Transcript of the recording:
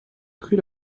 très